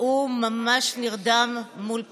והוא ממש נרדם מול פניה.